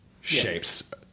shapes